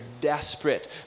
desperate